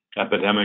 epidemic